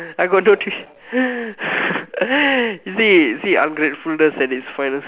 I got no see see ungratefulness at it's